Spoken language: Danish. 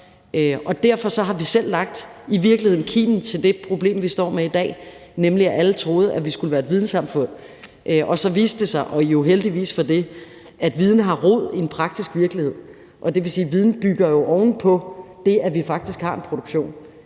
Derfor har vi i virkeligheden selv lagt kimen til det problem, vi står med i dag, nemlig at alle troede, at vi skulle være et vidensamfund, og det så viste sig – og jo heldigvis for det – at viden har rod i en praktisk virkelighed, og det vil jo faktisk sige, at viden bygger oven på det, at vi har en produktion,